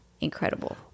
incredible